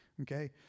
okay